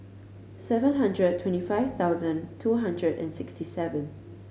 seven hundred twenty five thousand two hundred and sixty seven